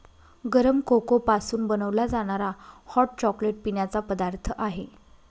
गरम कोको पासून बनवला जाणारा हॉट चॉकलेट पिण्याचा पदार्थ आहे